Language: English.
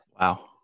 Wow